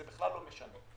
זה בכלל לא משנה,